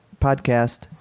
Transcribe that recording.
podcast